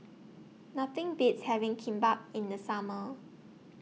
Nothing Beats having Kimbap in The Summer